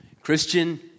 Christian